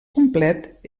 complet